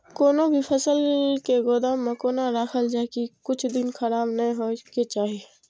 कोनो भी फसल के गोदाम में कोना राखल जाय की कुछ दिन खराब ने होय के चाही?